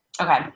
okay